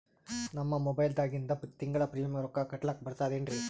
ನಮ್ಮ ಮೊಬೈಲದಾಗಿಂದ ತಿಂಗಳ ಪ್ರೀಮಿಯಂ ರೊಕ್ಕ ಕಟ್ಲಕ್ಕ ಬರ್ತದೇನ್ರಿ?